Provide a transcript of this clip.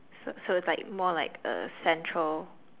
so so it's like more like a central